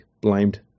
blamed